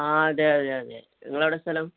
ആ അതെ അതെ അതെ നിങ്ങളെവിടെയാണ് സ്ഥലം